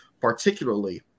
particularly